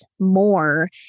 more